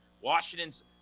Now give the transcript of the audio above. Washington's